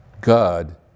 God